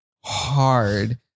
hard